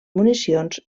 municions